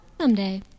Someday